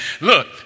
Look